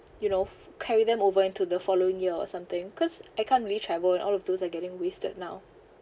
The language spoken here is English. you know f~ carry them over into the following year or something cause I can't really travel and all of those are getting wasted now